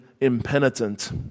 impenitent